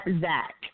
zach